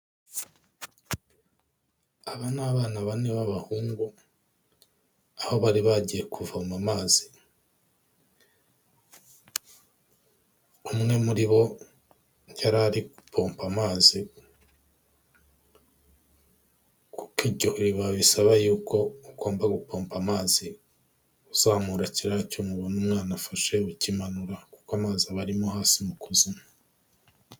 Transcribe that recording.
Aba ni abana bane b'abahungu, aho bari bagiye kuvoma amazi. Umwe muri bo yari ari gupompa amazi, kuko iryo riba bisaba yuko ugomba gupompa amazi, uzamura kiriya cyuma ubona umwana afashe, ukimanura, kuko amazi aba arimo hasi mu kuzimu.